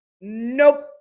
Nope